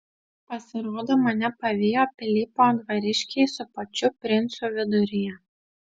pasirodo mane pavijo pilypo dvariškiai su pačiu princu viduryje